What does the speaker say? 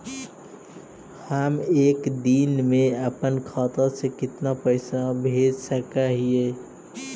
हम एक दिन में अपन खाता से कितना पैसा भेज सक हिय?